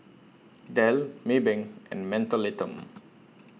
Dell Maybank and Mentholatum